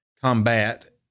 combat